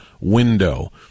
window